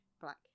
black